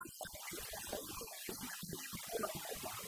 ...האלוהית והחיים האלוהיים ממלאים את כל הווייתם